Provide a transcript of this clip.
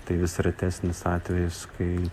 tai vis retesnis atvejis kai